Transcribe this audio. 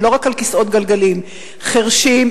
ולא רק על כיסאות גלגלים: חירשים,